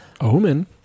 Omen